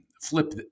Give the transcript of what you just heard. flip